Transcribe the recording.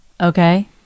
okay